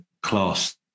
class